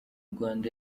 rwanda